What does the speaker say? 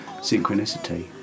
synchronicity